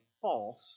false